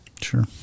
Sure